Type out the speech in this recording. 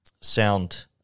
sound